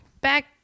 back